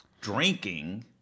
drinking